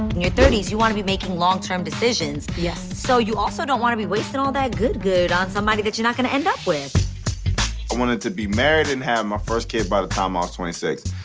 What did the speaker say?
your thirty s, you want to be making long-term decisions. yes. so you also don't want to be wasting all that good-good on somebody that you're not gonna end up with. i wanted to be married and have my first kid by the time i was twenty six,